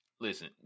listen